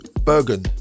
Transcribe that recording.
bergen